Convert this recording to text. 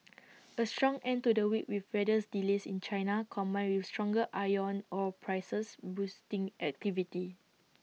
A strong end to the week with weathers delays in China combined with stronger iron ore prices boosting activity